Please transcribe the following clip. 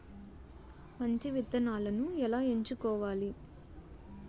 మంచి విత్తనాలను ఎలా ఎంచుకోవాలి?